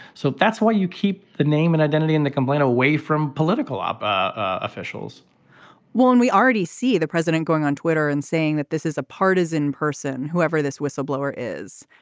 so that's why you keep the name and identity and the complaint away from political um officials well and we already see the president going on twitter and saying that this is a partisan person whoever this whistleblower is.